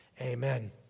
Amen